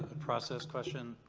process question.